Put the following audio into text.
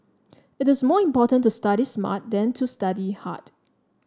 it is more important to study smart than to study hard